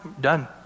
Done